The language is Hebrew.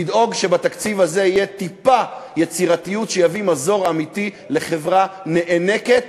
לדאוג שבתקציב הזה תהיה טיפה יצירתיות שתביא מזור אמיתי לחברה נאנקת